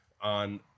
On